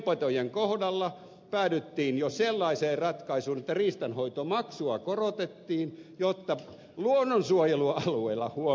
pienpetojen kohdalla päädyttiin jo sellaiseen ratkaisuun että riistanhoitomaksua korotettiin jotta luonnonsuojelualueilla huom